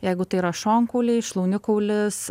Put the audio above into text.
jeigu tai yra šonkauliai šlaunikaulis